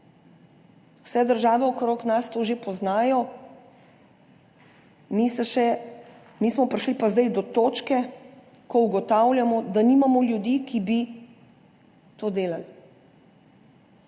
Vse države okrog nas to že poznajo, mi smo prišli pa zdaj do točke, ko ugotavljamo, da nimamo ljudi, ki bi to delali.